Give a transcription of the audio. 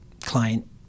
client